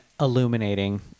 illuminating